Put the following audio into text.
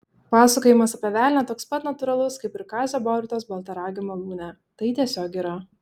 pasakojimas apie velnią toks pat natūralus kaip ir kazio borutos baltaragio malūne tai tiesiog yra